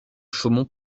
chaumont